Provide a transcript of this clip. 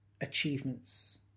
achievements